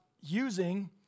using